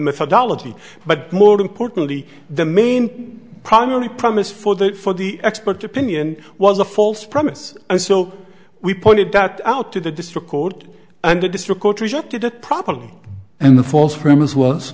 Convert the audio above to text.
methodology but more importantly the main problem only promise for that for the expert opinion was a false premise so we pointed that out to the district court and the district court rejected it properly and the false premise was